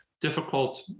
difficult